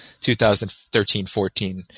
2013-14